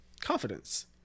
confidence